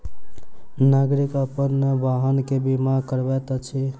नागरिक अपन वाहन के बीमा करबैत अछि